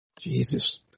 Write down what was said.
Jesus